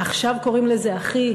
עכשיו קוראים לזה: אחי,